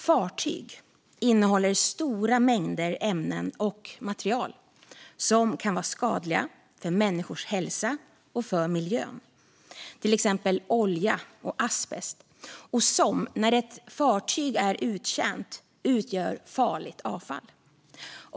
Fartyg innehåller stora mängder ämnen och material som kan vara skadliga för människors hälsa och för miljön - till exempel olja och asbest - och som när ett fartyg är uttjänt utgör farligt avfall.